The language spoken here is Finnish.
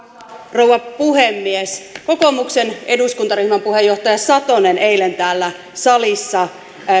rouva puhemies kokoomuksen eduskuntaryhmän puheenjohtaja satonen eilen täällä salissa